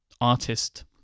artist